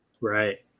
Right